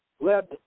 led